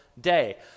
day